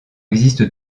existe